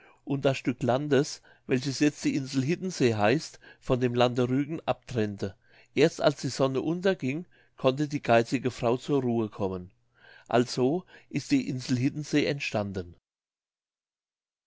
und das stück landes welches jetzt die insel hiddensee heißt von dem lande rügen abtrennte erst als die sonne unterging konnte die geizige frau zur ruhe kommen also ist die insel hiddensee entstanden